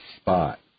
spot